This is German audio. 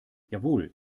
jawohl